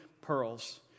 pearls